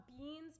beans